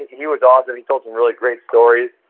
he was awesome. he told some really great stories.